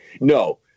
No